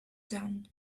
down